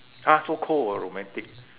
!huh! so cold ah romantic